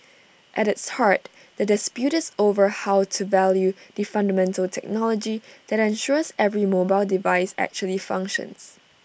at its heart the dispute is over how to value the fundamental technology that ensures every mobile device actually functions